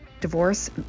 divorce